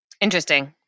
Interesting